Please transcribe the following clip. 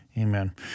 Amen